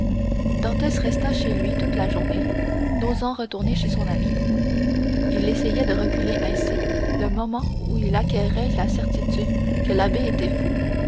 dantès resta chez lui toute la journée n'osant retourner chez son ami il essayait de reculer ainsi le moment où il acquerrait la certitude que l'abbé était fou